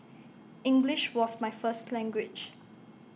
English was my first language